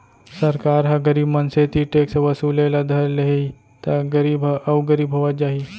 सरकार ह गरीब मनसे तीर टेक्स वसूले ल धर लेहि त गरीब ह अउ गरीब होवत जाही